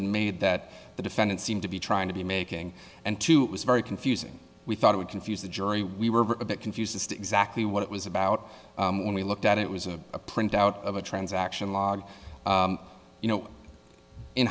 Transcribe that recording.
been made that the defendant seemed to be trying to be making and to it was very confusing we thought it would confuse the jury we were a bit confused as to exactly what it was about when we looked at it was a printout of a transaction log you know in